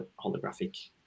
holographic